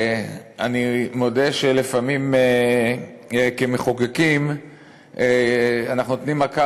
אני מודה שלפעמים כמחוקקים אנחנו נותנים מכה